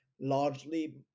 largely